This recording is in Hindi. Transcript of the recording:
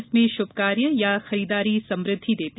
इसमें श्रभ कार्य या खरीदारी समुद्धि देगी